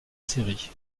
série